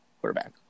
quarterback